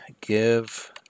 Give